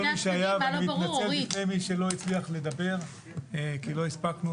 אני מתנצל בפני מי שלא הצליח לדבר כי לא הספקנו,